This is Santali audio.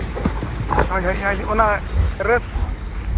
ᱦᱳᱭ ᱦᱳᱭ ᱚᱱᱟ ᱨᱟᱹᱥ